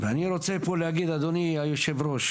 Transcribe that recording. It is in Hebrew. אני רוצה להגיד פה אדוני היו"ר,